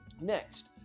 Next